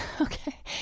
Okay